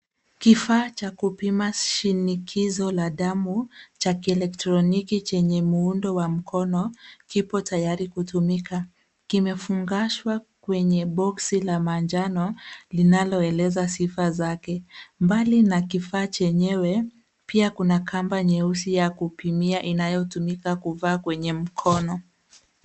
Kifaa cha kupima shinikizo la damu cha kieletroniki chenye muundo wa mkono kipo tayari kutumika. Kimefungashwa kwenye box la manjano linaloeleza sifa zake. Mbali na kifaa chenyewe pia kuna kamba nyeusi ya kupimia inayotumika kuvaa kwenye mkono.